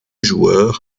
joueur